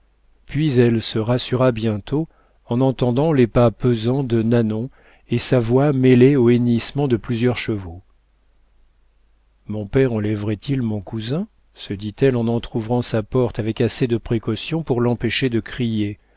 puis elle se rassura bientôt en entendant les pas pesants de nanon et sa voix mêlée au hennissement de plusieurs chevaux mon père enlèverait il mon cousin se dit-elle en entr'ouvrant sa porte avec assez de précaution pour l'empêcher de crier